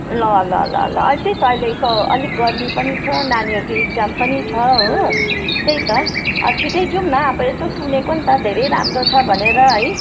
ल ल ल ल त्यही त अहिले त अलिक गर्मी पनि छ नानीहरूको इक्जाम पनि छ हौ त्यही त छिटो जाऊँ न यसो सुनेको नि त धेरै राम्रो छ भनेर है